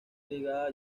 ligada